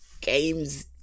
games